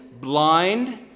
blind